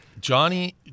Johnny